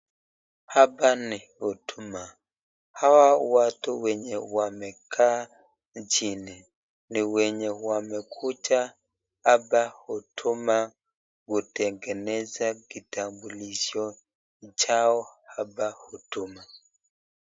Hapa ni huduma. Hawa watu wenye wamekaa chini ni wenye wamekuja hapa huduma kutegeneza kitambulisho chao hapa huduma.